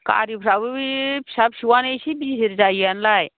गारिफोराबो बे फिसा फिसौआनो इसे भिर जायोआनोलाय